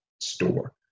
store